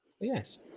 Yes